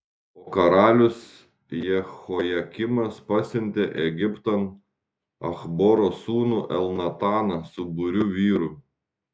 o karalius jehojakimas pasiuntė egiptan achboro sūnų elnataną su būriu vyrų